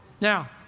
Now